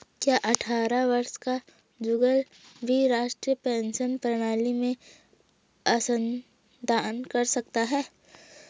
क्या अट्ठारह वर्ष का जुगल भी राष्ट्रीय पेंशन प्रणाली में अंशदान कर सकता है?